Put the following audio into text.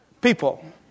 people